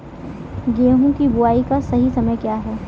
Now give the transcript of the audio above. गेहूँ की बुआई का सही समय क्या है?